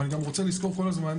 אבל אני גם רוצה לזכור כל הזמן,